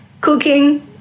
cooking